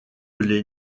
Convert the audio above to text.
les